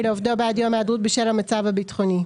לעובדו בעד יום היעדרות בשל המצב הביטחוני,